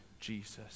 Jesus